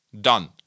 done